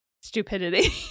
stupidity